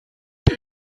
die